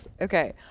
Okay